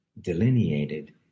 delineated